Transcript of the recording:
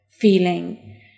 feeling